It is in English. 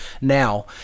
now